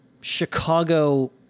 Chicago